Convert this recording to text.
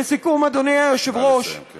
לסיכום, אדוני היושב-ראש, נא לסיים, כן.